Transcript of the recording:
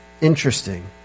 interesting